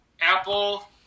apple